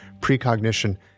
precognition